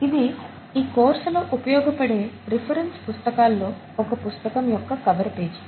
ఇది ఈ కోర్సులో ఉపయోగపడే రిఫరెన్స్ పుస్తకాల్లో ఒక పుస్తకం యొక్క కవర్ పేజీ